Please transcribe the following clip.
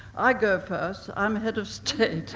i go first, i'm head of state.